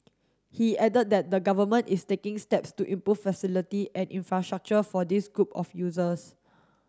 he added that the Government is taking steps to improve facility and infrastructure for this group of users